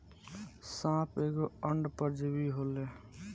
साप एगो अंड परजीवी होले